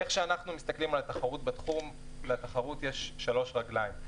איך שאנחנו מסתכלים על התחרות בתחום לתחרות יש שלוש רגלים: